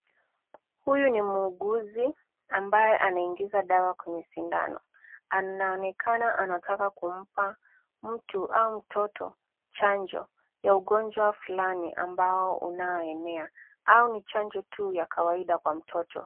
Huyu ni muuguzi ambaye anaingiza dawa kwenye sindano. Anaonekana anataka kumpa mtu au mtoto chanjo ya ugonjwa fulani ambao unaoenea, au ni chanjo tu ya kawaida kwa mtoto.